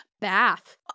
bath